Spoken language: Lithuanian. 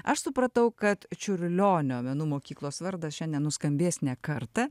aš supratau kad čiurlionio menų mokyklos vardas šiandien nuskambės ne kartą